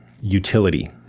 utility